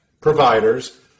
providers